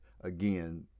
again